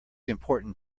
important